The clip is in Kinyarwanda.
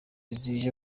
zije